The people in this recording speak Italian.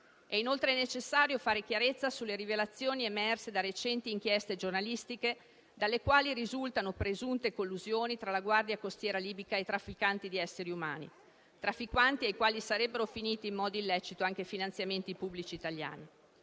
È inoltre necessario fare chiarezza sulle rivelazioni emerse da recenti inchieste giornalistiche, dalle quali risultano presunte collusioni tra la Guardia costiera libica e trafficanti di esseri umani; trafficanti ai quali sarebbero finiti, in modo illecito, anche finanziamenti pubblici italiani.